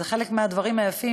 זה חלק מהדברים היפים,